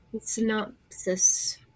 synopsis